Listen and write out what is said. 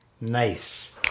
Nice